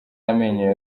amenyo